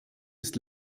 ist